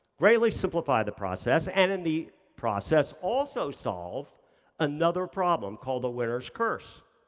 really simplify the process, and in the process, also solve another problem called the winner's curse.